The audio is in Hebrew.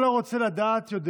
"כל הרוצה לדעת יודע